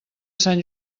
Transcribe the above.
sant